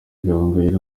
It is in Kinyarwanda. gahongayire